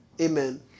Amen